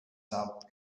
south